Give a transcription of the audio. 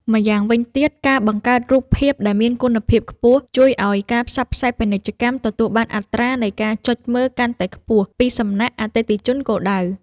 ម្យ៉ាងវិញទៀត ការបង្កើតរូបភាពដែលមានគុណភាពខ្ពស់ជួយឱ្យការផ្សព្វផ្សាយពាណិជ្ជកម្មទទួលបានអត្រានៃការចុចមើលកាន់តែខ្ពស់ពីសំណាក់អតិថិជនគោលដៅ។